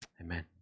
amen